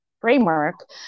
framework